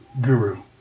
Guru